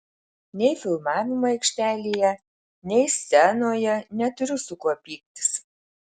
nei filmavimo aikštelėje nei scenoje neturiu su kuo pyktis